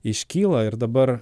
iškyla ir dabar